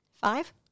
Five